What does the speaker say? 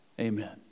Amen